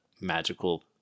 magical